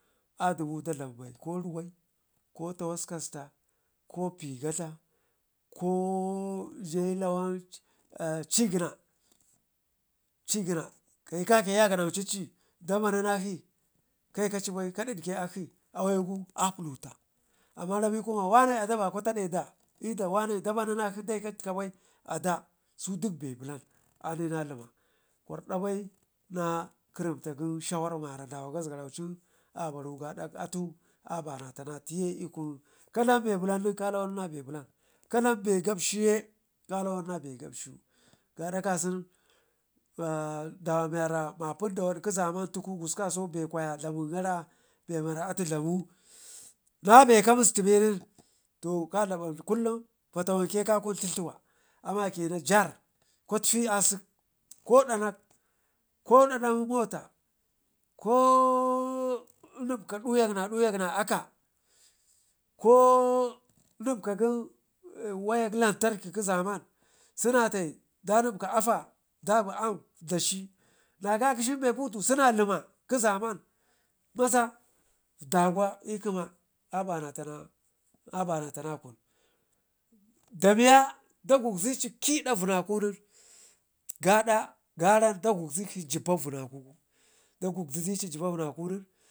adumu da dlam bai ko ruwai ko tawas kasta ko pii gadla ko yelan cii gəna ka kakə yaganaucinci da manunekshi kaikekshi bai ka dikke akshi awayugu a pulute, amma rami kun ma wane adaba kwa tade ɗa l'da wane da manunekshi dai ka tikka bai ada sudila be blan anina luman kwarda bai na kərrimta gən shawar wara dauwa gasgaraucin abaru gadak atu abana ta tiye l'kun ka dlam be blan nen ka lawan na be blan, ka dlam be gamshun kalawan na be gabshi gaada kasunu dawa miwara mapindawad zamantu kusku kasu tu ku kwaya dlamin gara be miwara atu dlamuna be ka musti benin to kwa dlaba kulum fatawanke kwa kun dluwa a makəna jar kwatfi asək ko danak ko dadam mota ko nipka ɗuyak na aka ko nipka gen waya lantarƙi kə zaman sunatai da nipka afa dabi aam dashi, na gagəchin be butu suna limma kə zaman maza daukwa l'kəma abanatanawa abanatanakunda miya da gubzici ƙidavəmaku nən gada garada gubzici jiba vənaku guda gubzedici geba vənaku gun